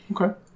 Okay